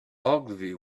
ogilvy